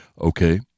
Okay